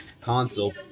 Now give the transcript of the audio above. console